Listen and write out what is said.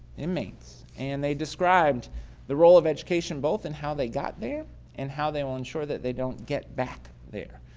inmates, and they described the role of education both in how they got there and how they will ensure that they don't get back there.